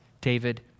David